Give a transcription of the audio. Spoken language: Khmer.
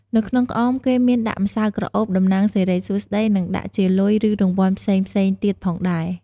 នៅក្នុងក្អមគេមានដាក់ម្សៅក្រអូបតំណាងសេរីសួស្តី និងដាក់ជាលុយឬរង្វាន់ផ្សេងៗទៀតផងដែរ។